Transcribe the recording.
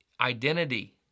Identity